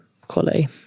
quality